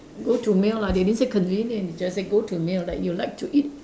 go to meal lah they didn't say convenient they just say go to meal like you like to eat